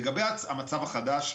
לגבי המצב החדש,